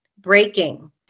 breaking